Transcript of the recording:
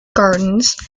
gardens